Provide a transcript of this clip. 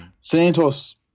Santos